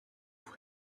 who